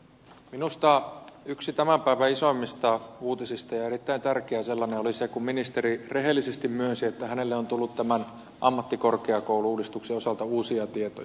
minusta yksi tämän päivän isoimmista uutisista ja erittäin tärkeä sellainen oli se kun ministeri rehellisesti myönsi että hänelle on tullut tämän ammattikorkeakoulu uudistuksen osalta uusia tietoja